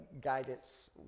guidance